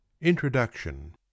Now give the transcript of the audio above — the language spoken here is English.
introduction